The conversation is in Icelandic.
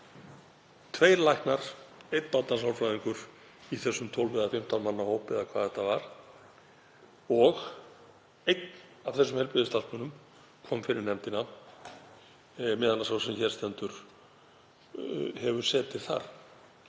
aftur: Tveir læknar, einn barnasálfræðingur í þessum tólf eða fimmtán manna hópi eða hvað þetta var og einn af þessum heilbrigðisstarfsmönnum kom fyrir nefndina meðan sá sem hér stendur hefur setið þar